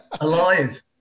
Alive